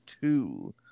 two